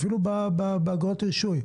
אפילו באגרות רישוי.